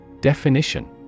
Definition